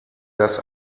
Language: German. dass